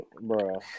bro